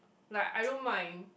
like I don't mind